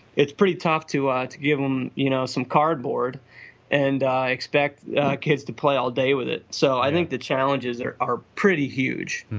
it's pretty tough to, ah to give them you know some cardboard and expect kids to play all day with it. so i think the challenges are are pretty huge